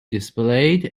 displayed